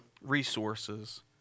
resources